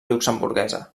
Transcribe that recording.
luxemburguesa